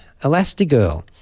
Elastigirl